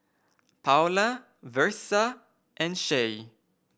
Paola Versa and Shae